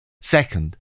second